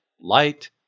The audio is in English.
light